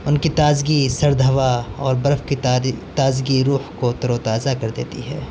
ان کی تازگی سرد ہوا اور برف کی تازگی روح کو تر و تازہ کر دیتی ہے